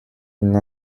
d’une